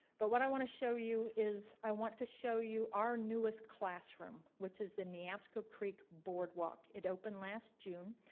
but what i want to show you is i want to show you our newest classroom, which is the neabsco creek boardwalk it opened last june.